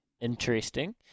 interesting